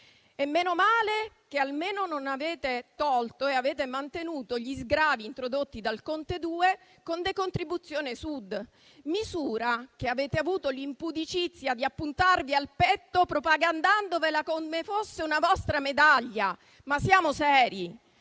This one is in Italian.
E menomale che almeno non avete tolto e avete mantenuto gli sgravi introdotti dal governo Conte II con decontribuzione Sud, misura che avete avuto l'impudicizia di appuntarvi al petto, propagandandola come fosse una vostra medaglia. Ma siamo seri!